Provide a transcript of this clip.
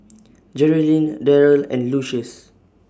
Geralyn Deryl and Lucius